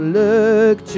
look